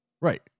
Right